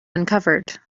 uncovered